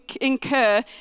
incur